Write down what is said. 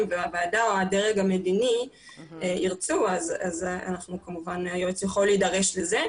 והוועדה או הדרג המדיני ירצו אז כמובן היועץ יכול להידרש לזה.